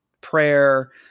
prayer